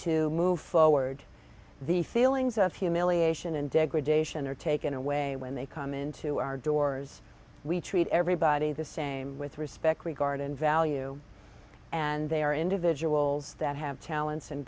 to move forward the feelings of humiliation and degradation are taken away when they come into our doors we treat everybody the same with respect regard and value and they are individuals that have talents and